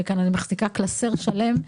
אני מחזיקה קלסר שלם,